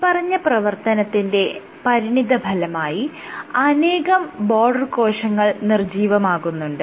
മേല്പറഞ്ഞ പ്രവർത്തനത്തിന്റെ പരിണിതഫലമായി അനേകം ബോർഡർ കോശങ്ങൾ നിർജ്ജീവമാകുന്നുണ്ട്